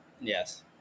yes